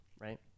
right